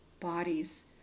bodies